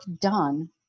done